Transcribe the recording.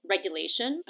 Regulation